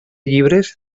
llibres